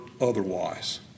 otherwise